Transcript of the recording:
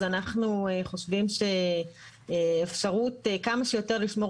אז אנחנו חושבים שאפשרות כמה שיותר לשמור